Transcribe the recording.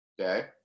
Okay